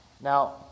Now